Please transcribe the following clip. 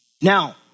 Now